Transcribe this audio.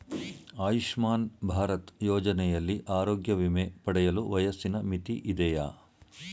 ಆಯುಷ್ಮಾನ್ ಭಾರತ್ ಯೋಜನೆಯಲ್ಲಿ ಆರೋಗ್ಯ ವಿಮೆ ಪಡೆಯಲು ವಯಸ್ಸಿನ ಮಿತಿ ಇದೆಯಾ?